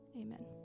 Amen